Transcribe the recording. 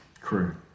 crew